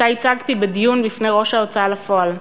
שייצגתי בדיון בפני ראש ההוצאה לפועל.